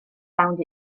found